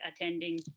attending